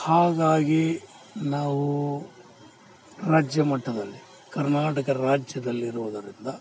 ಹಾಗಾಗಿ ನಾವು ರಾಜ್ಯ ಮಟ್ಟದಲ್ಲಿ ಕರ್ನಾಟಕ ರಾಜ್ಯದಲ್ಲಿ ಇರುವುದರಿಂದ